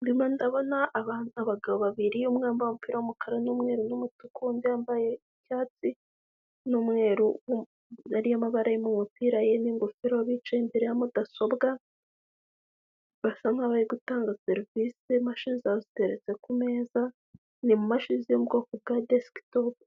Inyuma ndabona abantu abagabo babiri yu umwambaye umupira wumukara n'umweru n'umutuku yambaye icyatsi n'umwerumabara mu mupira ye'in ingofero bicaye imbere ya mudasobwa basa nkahobari gutanga serivisi z' mache zateretse ku meza ni mumashin yobwoko bwa desktop